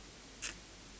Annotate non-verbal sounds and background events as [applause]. [noise]